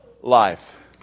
life